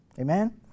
Amen